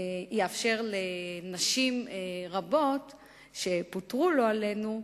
יאפשר לנשים רבות שפוטרו, לא עלינו,